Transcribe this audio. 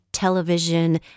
Television